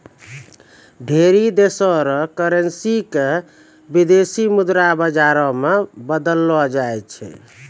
ढेरी देशो र करेन्सी क विदेशी मुद्रा बाजारो मे बदललो जाय छै